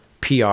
PR